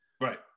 right